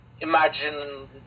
Imagine